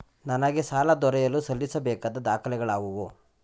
ನನಗೆ ಸಾಲ ದೊರೆಯಲು ಸಲ್ಲಿಸಬೇಕಾದ ದಾಖಲೆಗಳಾವವು?